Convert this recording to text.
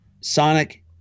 sonic